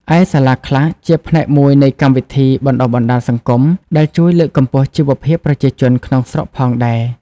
ឯសាលាខ្លះជាផ្នែកមួយនៃកម្មវិធីបណ្តុះបណ្តាលសង្គម ដែលជួយលើកកម្ពស់ជីវភាពប្រជាជនក្នុងស្រុកផងដែរ ។